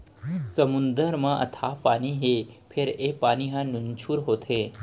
समुद्दर म अथाह पानी हे फेर ए पानी ह नुनझुर होथे